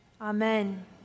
amen